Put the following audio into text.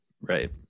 Right